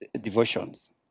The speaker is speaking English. devotions